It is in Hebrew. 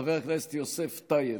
חבר הכנסת יוסף טייב,